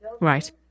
Right